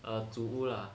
的组屋啦